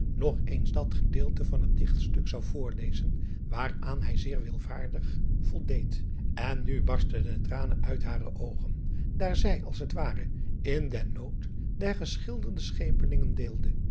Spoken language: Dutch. nog eens dat gedeelte van het ichtstuk zou voorlezen waaraan hij zeer wilvaardig voldeed en nu barstten de tranen uit hare oogen daar zij als het ware in den nood der geschilderde schepelingen deelde